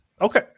Okay